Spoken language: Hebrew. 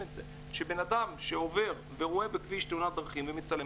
שאדם שעובר ורואה בכביש תאונת דרכים ומצלם,